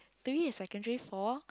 during the secondary four